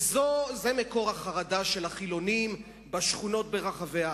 וזה מקור החרדה של החילונים בשכונות ברחבי הארץ.